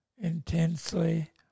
intensely